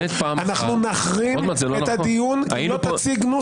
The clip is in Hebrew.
אנחנו נחרים את הדיון אם לא תציג נוסח.